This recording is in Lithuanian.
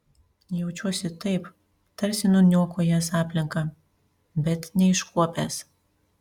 jaučiuosi taip tarsi nuniokojęs aplinką bet neiškuopęs